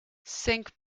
cinq